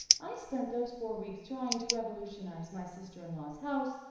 i spent those four weeks trying to revolutionize my sister-in-law's house,